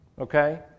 Okay